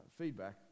feedback